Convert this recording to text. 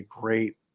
great